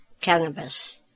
cannabis